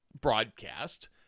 broadcast